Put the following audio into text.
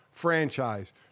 franchise